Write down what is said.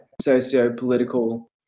socio-political